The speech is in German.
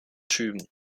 schüben